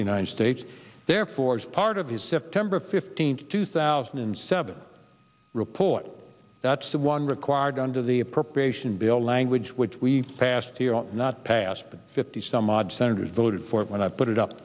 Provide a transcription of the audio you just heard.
the united states therefore as part of his september fifteenth two thousand and seven report that the one required under the appropriation bill language which we passed here not passed but fifty some odd senators voted for it when i put it up